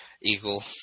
eagle